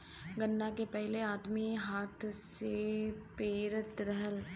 गन्ना के पहिले आदमी हाथ से पेरत रहल